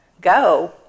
go